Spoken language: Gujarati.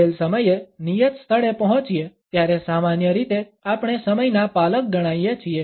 આપેલ સમયે નિયત સ્થળે પહોંચીએ ત્યારે સામાન્ય રીતે આપણે સમયના પાલક ગણાઈએ છીએ